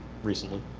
recently,